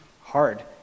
hard